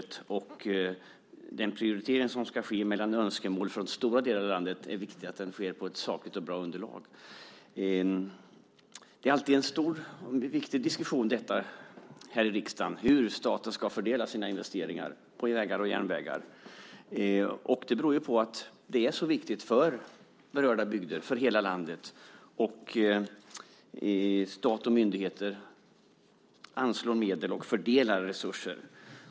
Det är viktigt att den prioritering som ska ske av önskemål från stora delar av landet sker utifrån ett sakligt och bra underlag. Det är alltid en stor och viktig diskussion här i riksdagen hur staten ska fördela sina investeringar i vägar och järnvägar. Det beror på att det är så viktigt för berörda bygder och hela landet hur stat och myndigheter anslår medel och fördelar resurser.